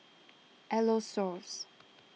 Aerosoles